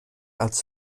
als